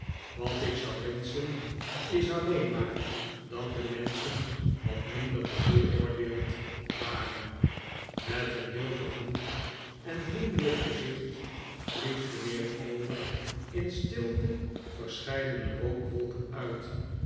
wat ik zou wenschen is alleen maar dat de menschen wat minder bevooroordeeld waren met een heel vergenoegd en vriendelijk gezicht blies mijnheer omer in stilte verscheidene rookwolken uit